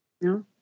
No